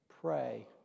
pray